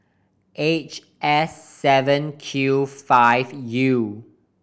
H S seven Q five U